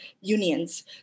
unions